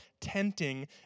tenting